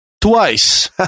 Twice